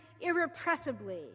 irrepressibly